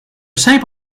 shape